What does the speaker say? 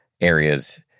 areas